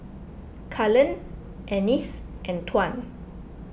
Cullen Anice and Tuan